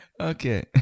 Okay